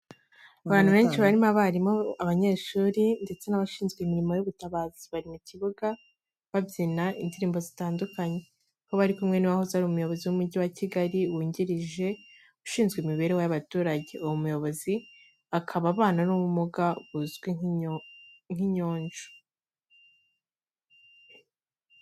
Abantu benshi barimo abarimu, abanyeshuri ndetse n'abashinzwe imirimo y'ubutabazi bari mu kibuga, babyina indirimbo zitandukanye aho bari kumwe n'uwahoze ari umuyobozi w'Umujyi wa Kigali wungirije ushinzwe imibereho y'abaturage. Uwo muyobozi akaba abana n'ubumuga buzwi nk'inyonjo.